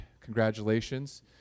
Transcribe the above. congratulations